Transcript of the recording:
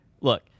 look-